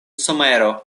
somero